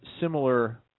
similar